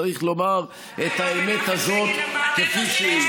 צריך לומר את האמת הזאת כפי שהיא.